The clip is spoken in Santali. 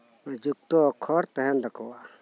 ᱡᱩᱠᱛᱚ ᱚᱠᱷᱚᱨ ᱛᱟᱦᱮᱸᱱ ᱛᱟᱠᱩᱣᱟ